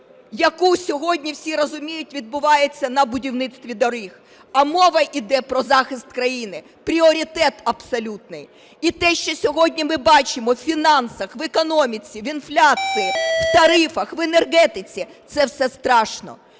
яку сьогодні всі розуміють, відбувається на будівництві доріг, а мова йде про захист країни – пріоритет абсолютний. І те, що сьогодні ми бачимо у фінансах, в економіці, в інфляції, в тарифах, в енергетиці, – це все страшно.